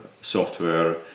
software